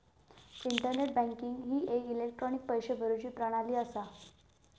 internet banking ही एक electronic पैशे भरुची प्रणाली असा